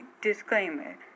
Disclaimer